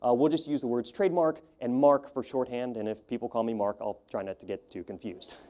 ah we'll just use the words trademark and mark for shorthand and if people call me mark, i'll try not to get too confused.